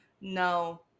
no